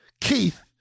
Keith